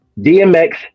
DMX